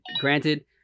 granted